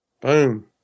Boom